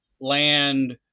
land